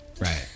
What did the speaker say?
Right